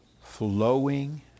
flowing